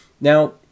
Now